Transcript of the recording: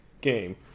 game